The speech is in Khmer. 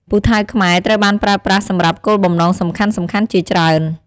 ពូថៅខ្មែរត្រូវបានប្រើប្រាស់សម្រាប់គោលបំណងសំខាន់ៗជាច្រើន។